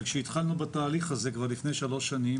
וכשהתחלנו בתהליך הזה כבר לפני שלוש שנים,